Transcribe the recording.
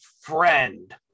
friend